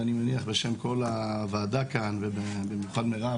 אני מניח בשם כל הוועדה כאון ובמיוחד מירב